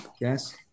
Yes